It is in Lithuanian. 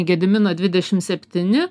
gedimino dvidešim septyni